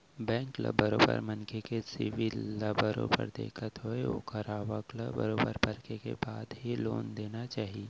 bank ल बरोबर मनसे के सिविल ल बरोबर देखत होय ओखर आवक ल बरोबर परखे के बाद ही लोन देना चाही